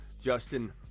Justin